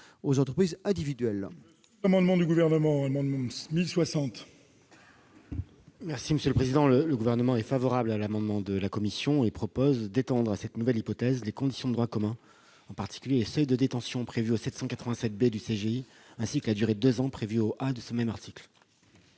aux entreprises individuelles